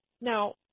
Now